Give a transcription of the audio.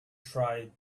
tried